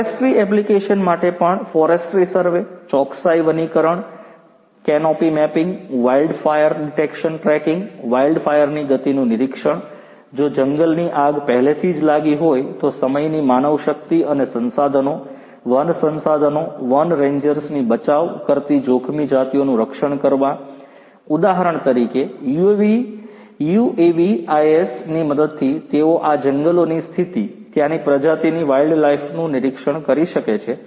forestry application માટે પણ forestry survey ચોકસાઇ વનીકરણ canopy mapping wild fire detection tracking wild fire ની ગતિનું નિરીક્ષણ જો જંગલની આગ પહેલેથી જ લાગી ગઈ હોય તો સમયની માનવશક્તિ અને સંસાધનો વન સંસાધનો વન રેન્જર્સની બચાવ કરતી જોખમી જાતિઓનું રક્ષણ કરવા ઉદાહરણ તરીકે યુએવીઆઈએસ ની મદદથી તેઓ આ જંગલોની સ્થિતિ ત્યાંની પ્રજાતિની વાઈલ્ડલાઇફનું નિરીક્ષણ કરી શકે છે